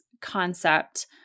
concept